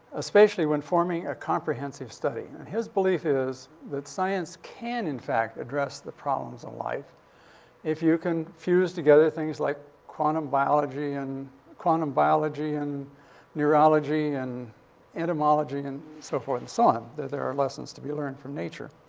especially when forming a comprehensive study. now, his belief is that science can, in fact, address the problems of life if you can fuse together things like quantum biology and quantum biology and neurology and entomology and so forth and so on, that there are lessons to be learned from nature.